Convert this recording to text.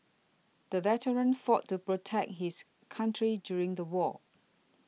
the veteran fought to protect his country during the war